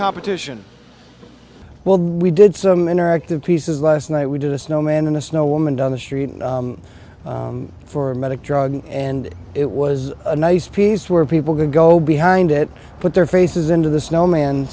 competition well we did some interactive pieces last night we did a snowman in a snow woman down the street for a medic drug and it was a nice piece where people could go behind it put their faces into the snowman